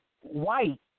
white